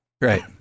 Right